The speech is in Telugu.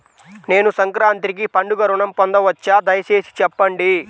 నేను సంక్రాంతికి పండుగ ఋణం పొందవచ్చా? దయచేసి చెప్పండి?